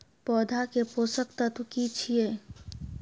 पौधा के पोषक तत्व की छिये?